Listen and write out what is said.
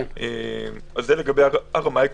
זה ברמה העקרונית.